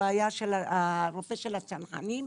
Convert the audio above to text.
שהיה רופא של הצנחנים,